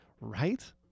right